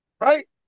right